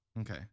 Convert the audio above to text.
Okay